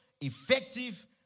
effective